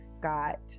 got